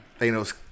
Thanos